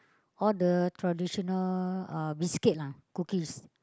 all the traditional uh biscuits lah cookies